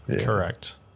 Correct